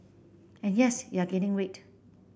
and yes you're gaining weight